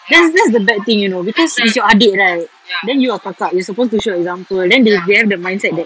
that's that's the bad thing you know because it's your adik right then you are the kakak you're supposed to show example then they they have the mindset that